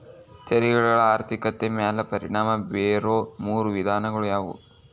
ತೆರಿಗೆಗಳ ಆರ್ಥಿಕತೆ ಮ್ಯಾಲೆ ಪರಿಣಾಮ ಬೇರೊ ಮೂರ ವಿಧಾನಗಳ ಯಾವು